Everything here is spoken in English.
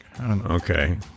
Okay